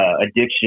addiction